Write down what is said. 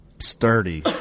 sturdy